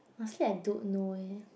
honestly I don't know eh